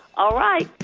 all right,